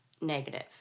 negative